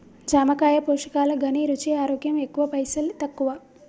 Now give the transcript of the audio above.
జామకాయ పోషకాల ఘనీ, రుచి, ఆరోగ్యం ఎక్కువ పైసల్ తక్కువ